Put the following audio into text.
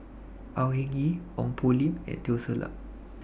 Au Hing Yee Ong Poh Lim and Teo Ser Luck